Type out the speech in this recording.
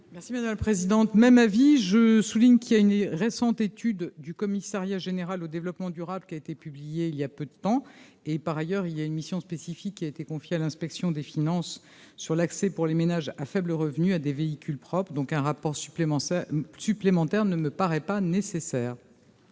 Merci madame la présidente, même vie je souligne qu'il y a une récente étude du Commissariat général au développement durable, qui a été publié il y a peu de temps, et par ailleurs il y a une mission spécifique qui a été confiée à l'inspection des finances sur l'accès pour les ménages à faibles revenus à des véhicules propres, donc un rapport supplémentaire supplémentaire ne me paraît pas nécessaire.